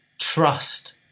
trust